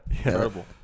terrible